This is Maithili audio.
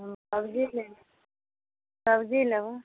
सब्जी लेबै